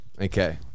Okay